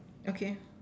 okay